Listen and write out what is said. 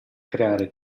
creare